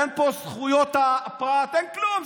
אין פה זכויות הפרט, אין כלום.